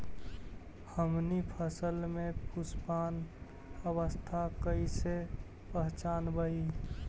हमनी फसल में पुष्पन अवस्था कईसे पहचनबई?